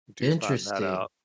Interesting